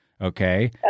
Okay